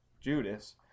Judas